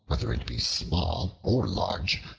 whether it be small or large,